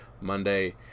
Monday